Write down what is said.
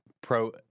Pro